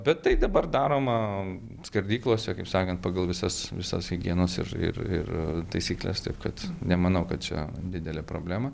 bet tai dabar daroma skerdyklose kaip sakant pagal visas visas higienos ir ir ir taisykles taip kad nemanau kad čia didelė problema